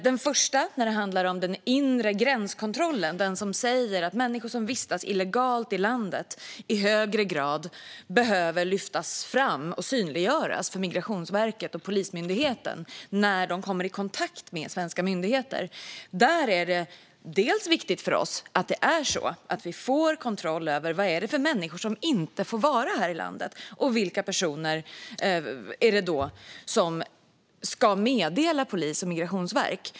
Den första skrivningen gäller den inre gränskontrollen, det vill säga att de människor som vistas illegalt i landet i högre grad behöver lyftas fram och synliggöras för Migrationsverket och Polismyndigheten när de kommer i kontakt med svenska myndigheter. Där är det viktigt för oss att vi får kontroll över vilka människor som inte får vistas i landet och därmed vilka personer som ska meddela polis och migrationsverk.